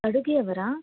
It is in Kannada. ಅಡುಗೆಯವರಾ